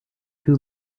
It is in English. two